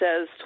says